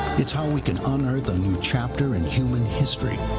it's how we can unearth a new chapter in human history.